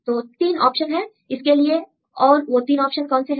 तो 3 ऑप्शन हैं इसके लिए और वो तीन ऑप्शन कौन से हैं